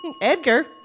Edgar